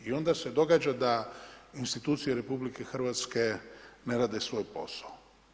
I onda se događa da institucije RH ne rade svoj posao.